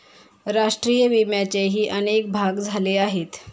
राष्ट्रीय विम्याचेही अनेक भाग झाले आहेत